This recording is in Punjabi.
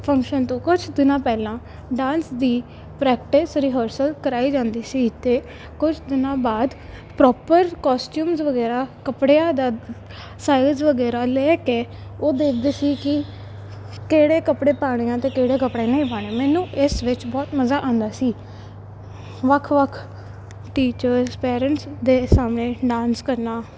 ਫੰਕਸ਼ਨ ਤੋਂ ਕੁਛ ਦਿਨਾਂ ਪਹਿਲਾਂ ਡਾਂਸ ਦੀ ਪ੍ਰੈਕਟਿਸ ਰੀਹਰਸਲ ਕਰਵਾਈ ਜਾਂਦੀ ਸੀ ਅਤੇ ਕੁਝ ਦਿਨਾਂ ਬਾਅਦ ਪ੍ਰੋਪਰ ਕੋਸਟਿਊਮਸ ਵਗੈਰਾ ਕੱਪੜਿਆਂ ਦਾ ਸਾਈਜ ਵਗੈਰਾ ਲੈ ਕੇ ਉਹ ਦੇਖਦੇ ਸੀ ਕਿ ਕਿਹੜੇ ਕੱਪੜੇ ਪਾਣੇ ਆ ਤੇ ਕਿਹੜੇ ਕੱਪੜੇ ਨੇ ਹੀ ਪਾਉਣੇ ਮੈਨੂੰ ਇਸ ਵਿੱਚ ਬਹੁਤ ਮਜ਼ਾ ਆਉਂਦਾ ਸੀ ਵੱਖ ਵੱਖ ਟੀਚਰਸ ਪੇਰੈਂਟਸ ਦੇ ਸਾਹਮਣੇ ਡਾਂਸ ਕਰਨਾ